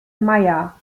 meier